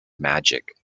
magic